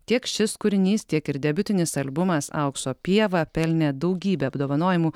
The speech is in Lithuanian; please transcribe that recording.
tiek šis kūrinys tiek ir debiutinis albumas aukso pieva pelnė daugybę apdovanojimų